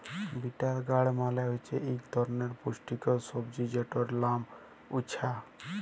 bitter গাড় মালে হছে ইক ধরলের পুষ্টিকর সবজি যেটর লাম উছ্যা